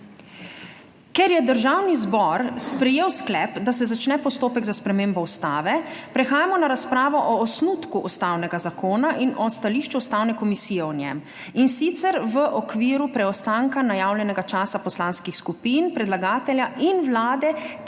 Ker je Državni zbor sprejel sklep, da se začne postopek za spremembo ustave, prehajamo na razpravo o osnutku ustavnega zakona in o stališču Ustavne komisije o njem, in sicer v okviru preostanka najavljenega časa poslanskih skupin, predlagatelja in Vlade,